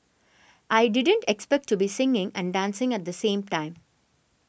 I didn't expect to be singing and dancing at the same time